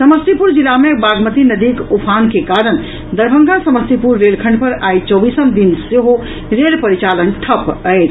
समस्तीपुर जिला मे बागमती नदीक उफान के कारण दरभंगा समस्तीपुर रेलखंड पर आइ चौबीसम दिन सेहो रेल परिचालन ठप्प अछि